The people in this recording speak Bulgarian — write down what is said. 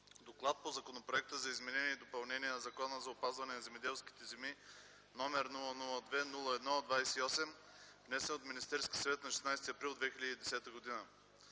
относно Законопроект за изменение и допълнение на Закона за опазване на земеделските земи, № 002-01-28, внесен от Министерския съвет на 16 април 2010 г.,